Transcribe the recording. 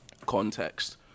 context